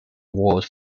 award